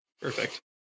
Perfect